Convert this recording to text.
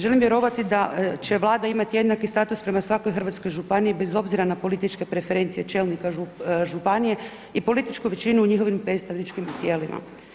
Želim vjerovati da će Vlada imati jednaki status prema svakoj hrvatskoj županiji bez obzira na političke preferencije čelnika županije i političku većinu u njihovim predstavničkim tijelima.